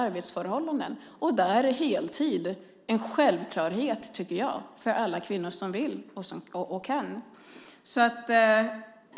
Där är heltid en självklarhet för alla kvinnor som vill och kan, tycker jag.